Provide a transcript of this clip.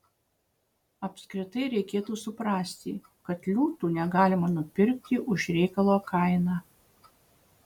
apskritai reikėtų suprasti kad liūtų negalima nupirkti už reikalo kainą